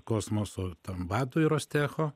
kosmoso ten vadui rostecho